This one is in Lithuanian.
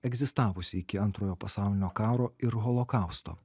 egzistavusi iki antrojo pasaulinio karo ir holokausto